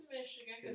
Michigan